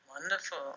Wonderful